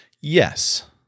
yes